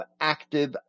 active